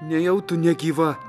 nejau tu negyva